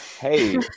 Hey